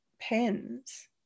pens